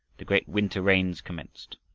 the great winter rains commenced.